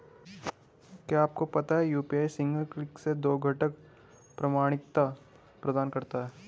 क्या आपको पता है यू.पी.आई सिंगल क्लिक से दो घटक प्रमाणिकता प्रदान करता है?